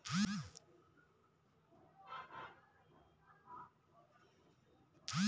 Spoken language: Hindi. छारीय एवं अम्लीय मिट्टी में क्या अंतर है?